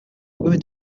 women